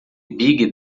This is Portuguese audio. big